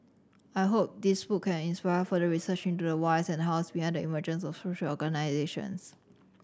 I hope this book can inspire further research into the whys and the hows behind the emergence of social organisations